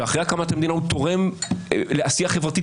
אחרי הקמת המדינה הוא תורם לעשייה חברתית